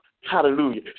Hallelujah